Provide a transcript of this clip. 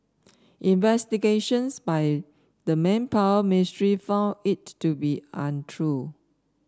investigations by the Manpower Ministry found it to be untrue